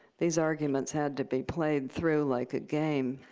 these arguments had to be played through like a game.